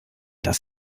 das